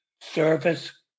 service